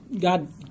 God